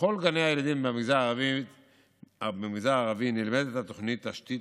בכל גני הילדים במגזר הערבי נלמדת התוכנית "תשתית